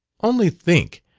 only think!